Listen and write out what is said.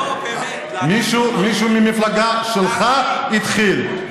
מישהו מהמפלגה שלך התחיל,